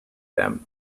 them